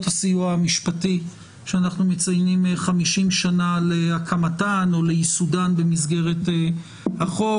הסיוע המשפטי שאנחנו מציינים 50 שנה להקמתן או לייסודן במסגרת החוק.